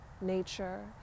nature